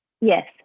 yes